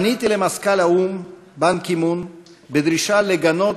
פניתי אל מזכ"ל האו"ם באן קי-מון בדרישה לגנות